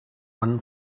one